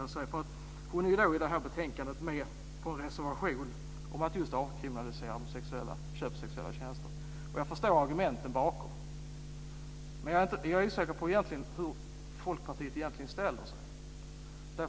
Hon är i det här betänkandet med på en reservation om att avkriminalisera köp av sexuella tjänster. Jag förstår argumenten. Men jag är inte säker på hur Folkpartiet egentligen ställer sig i frågan.